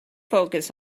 focus